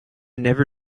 never